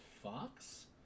fox